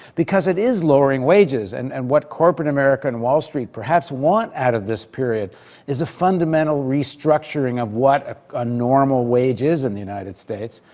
because it is lowering wages. and and what corporate america and wall street perhaps want out of this period is a fundamental restructuring of what a normal wage is in the united states.